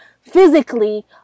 Physically